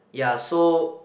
ya so